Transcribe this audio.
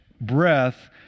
breath